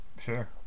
Sure